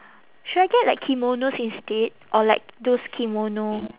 should I get like kimonos instead or like those kimono